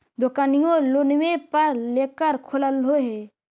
दोकनिओ लोनवे पर लेकर खोललहो हे?